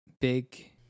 big